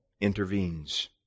intervenes